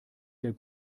der